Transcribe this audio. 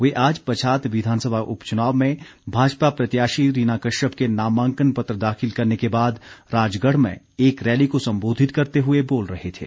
वे आज पच्छाद विधानसभा उपचुनाव में भाजपा प्रत्याशी रीना कश्यप के नामांकन पत्र दाखिल करने के बाद राजगढ़ में एक रैली को संबोधित करते हुए बोल रहे थे